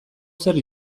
zer